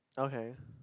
okay